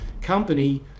company